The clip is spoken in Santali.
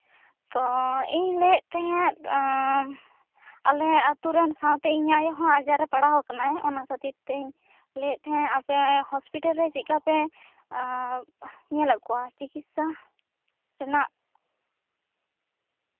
ᱛᱳ ᱤᱧᱤᱧ ᱞᱟᱹᱭᱮᱜ ᱛᱟᱦᱮᱸᱜ ᱟᱞᱮ ᱟᱛᱳᱨᱮᱱ ᱥᱟᱶᱛᱮ ᱤᱧ ᱟᱭᱳ ᱦᱚᱸ ᱟᱡᱟᱨ ᱨᱮᱭ ᱯᱟᱲᱟᱣ ᱠᱟᱱᱟ ᱚᱱᱟ ᱠᱷᱟᱹᱛᱤᱨ ᱛᱤᱧ ᱞᱟᱹᱭᱮᱜ ᱛᱟᱦᱮᱸᱜ ᱟᱯᱮ ᱦᱚᱥᱯᱤᱴᱟᱞᱨᱮ ᱪᱮᱫ ᱞᱮᱠᱟᱯᱮ ᱮᱜ ᱧᱮᱞᱮᱜ ᱠᱚᱣᱟ ᱪᱤᱠᱤᱛᱥᱟ ᱨᱮᱱᱟᱜ